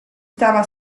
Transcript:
stava